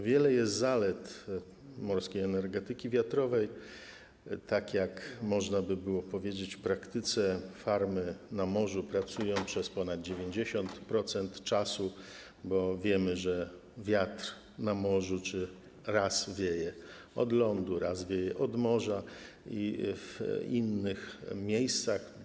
Wiele jest zalet morskiej energetyki wiatrowej, można powiedzieć, że w praktyce farmy na morzu pracują przez ponad 90% czasu, bo wiemy, że wiatr na morzu raz wieje od lądu, raz wieje od morza i w innych miejscach.